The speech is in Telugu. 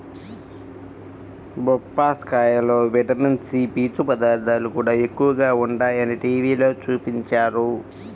బొప్పాస్కాయలో విటమిన్ సి, పీచు పదార్థాలు కూడా ఎక్కువగా ఉంటయ్యని టీవీలో చూపించారు